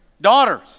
daughters